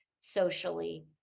socially